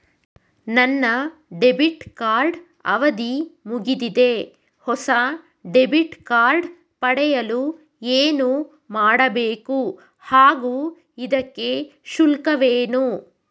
ನನ್ನ debit card ಅವಧಿ ಮುಗಿದಿದೆ ಹೊಸ ಡೆಬಿಟ್ ಕಾರ್ಡ್ ಪಡೆಯಲು ಏನು ಮಾಡಬೇಕು ಹಾಗೂ ಇದಕ್ಕೆ ಶುಲ್ಕವೇನು?